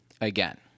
again